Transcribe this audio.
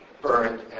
burned